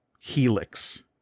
helix